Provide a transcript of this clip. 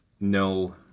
no